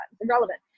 irrelevant